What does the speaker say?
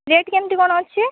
rate କେମିତି କ'ଣ ଅଛି